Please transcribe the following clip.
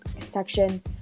section